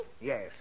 Yes